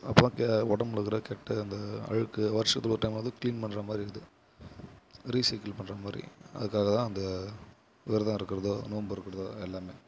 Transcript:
அப்போது தான் உடம்புல இருக்கிற கெட்ட அந்த அழுக்கு வருஷத்தில் ஒரு டைமாவது கிளீன் பண்ணுற மாதிரி இருக்குது ரீசைக்கிள் பண்ணுற மாதிரி அதுக்காக தான் அந்த விரதம் இருக்கிறதோ நோன்பு இருக்கிறதோ எல்லாம்